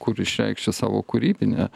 kur išreikšti savo kūrybinę